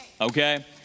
okay